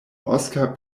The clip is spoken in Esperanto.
oskar